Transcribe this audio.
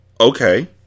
Okay